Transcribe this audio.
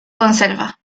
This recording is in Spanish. conserva